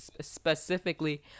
specifically